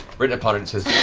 written upon it, it says,